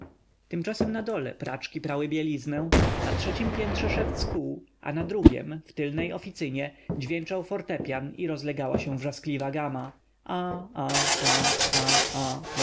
tymczasem na dole praczki prały bieliznę na trzeciem piętrze szewc kuł a na drugiem w tylnej oficynie dźwięczał fortepian i rozlegała się wrzaskliwa gama a a a a a